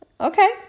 Okay